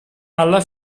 alla